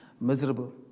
miserable